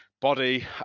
body